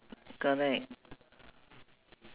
so he miss the transport